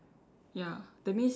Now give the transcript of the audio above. ya that means